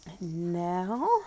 Now